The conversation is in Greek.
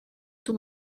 του